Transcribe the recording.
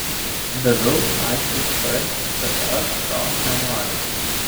daviau aiškiai suprasti kad aš to nenoriu